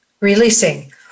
releasing